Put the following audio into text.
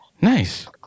Nice